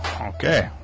Okay